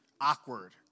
awkward